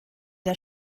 der